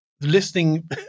listening